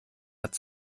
hat